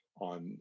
on